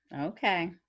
Okay